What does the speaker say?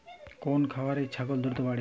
কোন খাওয়ারে ছাগল দ্রুত বাড়ে?